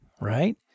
right